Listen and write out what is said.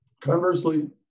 Conversely